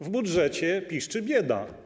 W budżecie piszczy bieda.